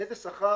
איזה שכר?